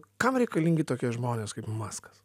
kam reikalingi tokie žmonės kaip maskas